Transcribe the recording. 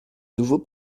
nouveau